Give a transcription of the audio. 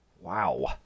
Wow